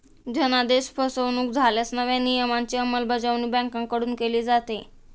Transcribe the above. धनादेश फसवणुक झाल्यास नव्या नियमांची अंमलबजावणी बँकांकडून केली जाते